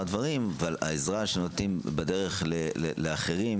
הדברים אבל העזרה שנותנים בדרך לאחרים,